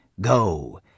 go